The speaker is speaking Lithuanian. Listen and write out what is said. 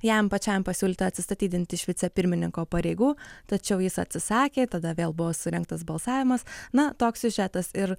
jam pačiam pasiūlyta atsistatydinti iš vicepirmininko pareigų tačiau jis atsisakė tada vėl buvo surengtas balsavimas na toks siužetas ir